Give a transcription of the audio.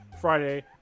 Friday